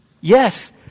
Yes